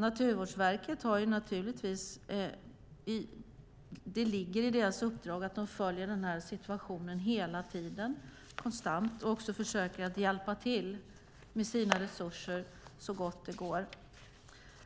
Det ligger i Naturvårdsverkets uppdrag att följa den här situationen hela tiden. De försöker också hjälpa till med sina resurser så gott det går.